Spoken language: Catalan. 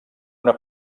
una